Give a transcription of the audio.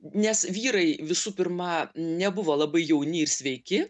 nes vyrai visų pirma nebuvo labai jauni ir sveiki